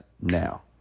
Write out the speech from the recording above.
now